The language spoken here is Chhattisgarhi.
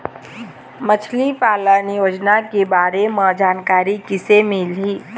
मछली पालन योजना के बारे म जानकारी किसे मिलही?